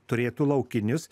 turėtų laukinis